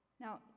Now